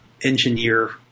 engineer